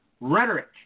rhetoric